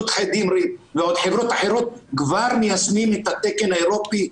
י.ח.דמרי ועוד חברות אחרות כבר מיישמים את התקן האירופי,